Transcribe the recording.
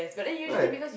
right